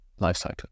lifecycle